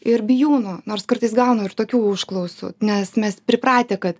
ir bijūnų nors kartais gaunu ir tokių užklausų nes mes pripratę kad